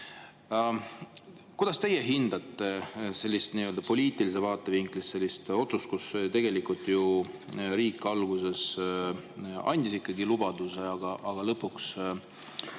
Kuidas teie hindate poliitilisest vaatevinklist sellist otsust, kus tegelikult ju riik alguses andis lubaduse, aga lõpuks